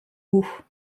haut